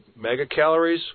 megacalories